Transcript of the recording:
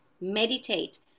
meditate